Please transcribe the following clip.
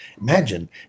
Imagine